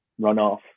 runoff